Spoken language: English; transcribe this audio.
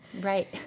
Right